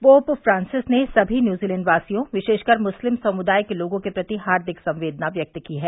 pope Francis ने सभी न्यूजीलैंडवासियों विशेषकर मुस्लिम समुदाय के लोगों के प्रति हार्दिक संवेदना व्यक्त की है